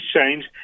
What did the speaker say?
change